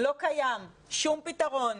לא קיים, שום פתרון.